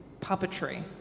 puppetry